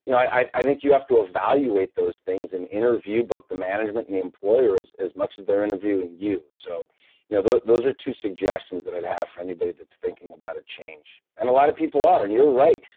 you know i i think you have to evaluate those things and interview both the management and the employer as as much as they're interviewing you. so you know those are two suggestions that i'd have for anybody that's thinking about a change and a lot of people are and you're right.